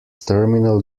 terminal